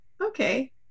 okay